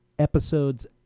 episodes